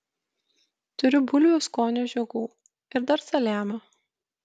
turiu bulvių skonio žiogų ir dar saliamio